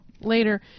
later